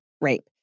rape